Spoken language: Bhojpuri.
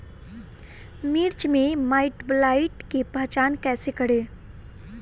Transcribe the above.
मिर्च मे माईटब्लाइट के पहचान कैसे करे?